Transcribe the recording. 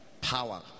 power